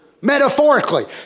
metaphorically